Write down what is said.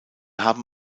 haben